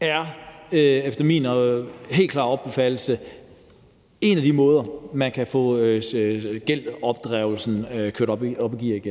er efter min helt klare opfattelse en af de måder, man igen kan få gældsinddrivelsen kørt op i gear på.